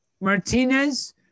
Martinez